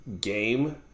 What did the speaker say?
game